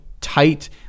tight